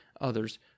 others